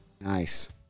Nice